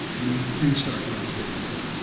you know, things start really getting real.